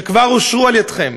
שכבר אושרו על-ידיכם,